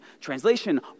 translation